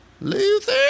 Luther